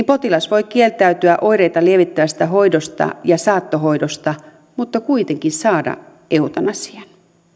potilas voi kieltäytyä oireita lievittävästä hoidosta ja saattohoidosta mutta kuitenkin saada eutanasian